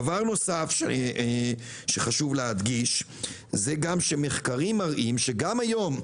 דבר נוסף שחשוב להדגיש, מחקרים מראים שגם היום,